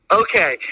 okay